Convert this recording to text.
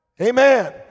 Amen